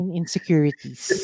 insecurities